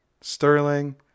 Sterling